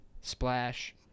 Splash